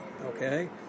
okay